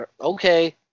Okay